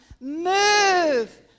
move